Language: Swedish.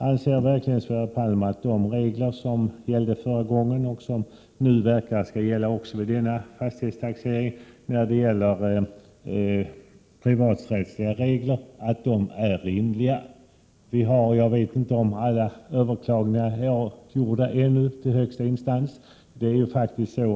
Anser verkligen Sverre Palm att de privaträttsliga regler som gällde vid förra fastighetstaxeringen och förefaller komma att gälla även vid denna Prot. 1987/88:126 verkligen är rimliga? 23 maj 1988 Jag vet inte om alla överklaganden till högsta instans ännu har avgjorts.